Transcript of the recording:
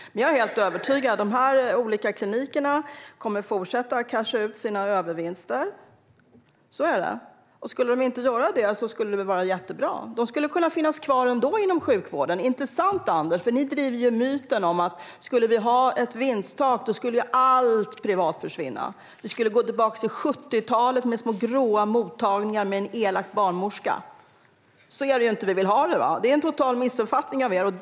Jag är helt övertygad om att de olika klinikerna kommer att fortsätta att casha ut sina övervinster. Skulle de inte göra det vore det jättebra. De skulle kunna finnas kvar ändå inom sjukvården, inte sant, Anders? Ni driver ju myten om att med ett vinsttak skulle allt privat försvinna och vi skulle gå tillbaka till 70-talet med små gråa mottagningar med en elak barnmorska. Så vill vi inte ha det. Det är en total missuppfattning från er sida.